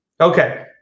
Okay